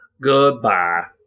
Goodbye